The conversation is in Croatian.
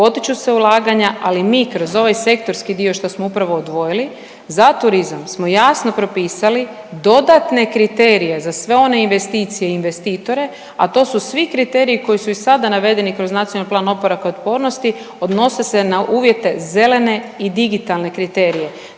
potiču se ulaganja, ali mi kroz ovaj sektorski dio što smo upravo odvojili za turizam smo jasno propisali dodatne kriterije za sve one investicije i investitore, a to su svi kriteriji koji su i sada navedeni kroz NPOO odnose se na uvjete zelene i digitalne kriterije.